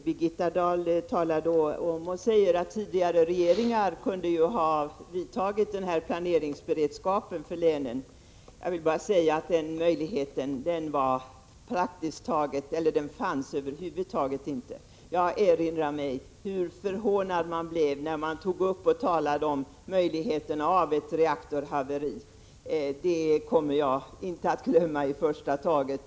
Herr talman! Birgitta Dahl säger att tidigare regeringar ju kunde ha sörjt för den här planeringsberedskapen för länen. Jag vill bara säga att den möjligheten över huvud taget inte fanns. Jag erinrar mig hur förhånad man blev, när man talade om möjligheten av ett reaktorhaveri. Det kommer jag inte att glömma i första taget.